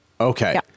okay